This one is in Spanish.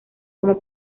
como